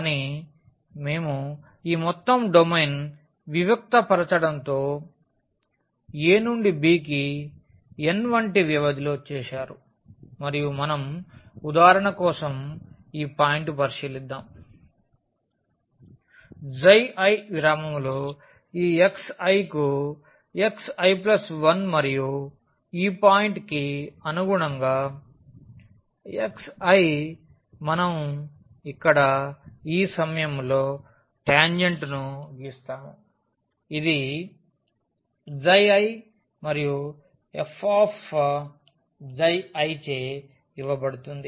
కానీ మేము ఈ మొత్తం డొమైన్ వివిక్తపరచడంతో a నుండి b కి n వంటి వ్యవధిలో చేశారు మరియు మనం ఉదాహరణ కోసం ఈ పాయింట్ పరిశీలిద్దాం i విరామంలో ఈ xi కు xi 1మరియు ఈ పాయింట్ కి అనుగుణంగా xi మనం ఇక్కడ ఈ సమయంలో టాంజెంట్ ను గీస్తాము ఇది i మరియు f చే ఇవ్వబడుతుంది